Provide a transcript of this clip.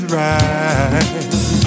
right